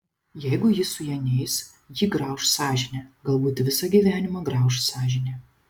jeigu jis su ja neis jį grauš sąžinė galbūt visą gyvenimą grauš sąžinė